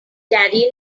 daddy